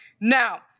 Now